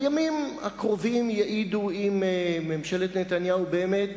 הימים הקרובים יעידו אם ממשלת נתניהו באמת